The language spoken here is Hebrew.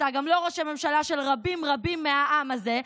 אתה גם לא ראש הממשלה של רבים רבים מהעם הזה.